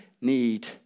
need